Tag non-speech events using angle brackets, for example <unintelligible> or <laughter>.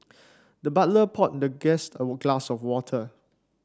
the butler poured the guest <unintelligible> a glass of water